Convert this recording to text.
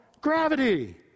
gravity